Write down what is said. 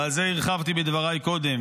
ועל זה הרחבתי בדבריי קודם.